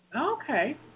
Okay